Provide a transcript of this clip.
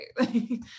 Okay